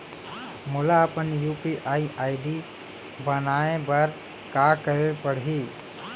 मोला अपन UPI ID बनाए बर का करे पड़ही?